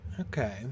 Okay